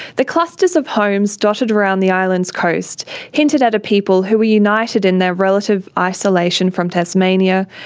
the clusters of homes dotted around the island's coast hinted at a people who were united in their relative isolation from tasmania,